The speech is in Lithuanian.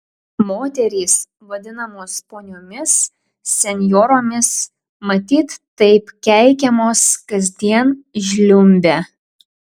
moterys vadinamos poniomis senjoromis matyt taip keikiamos kasdien žliumbia